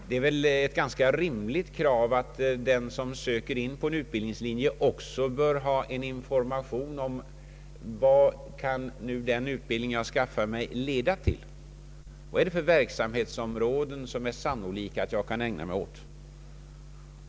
Det är väl ett ganska rimligt krav att den som söker in på en utbildningslinje också bör få information om vart utbildningen leder och vilka verksamhetsområden man sannolikt kan ägna sig åt.